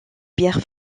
bière